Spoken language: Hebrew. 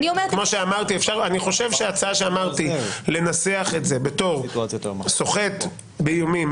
אני חושב שההצעה שאמרתי לנסח את זה בתור סוחט באיומים,